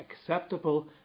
acceptable